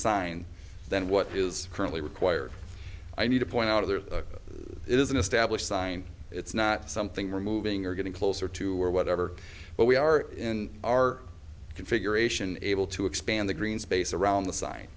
sign than what is currently required i need to point out of there it is an established sign it's not something we're moving or getting closer to or whatever but we are in our configuration able to expand the green space around the s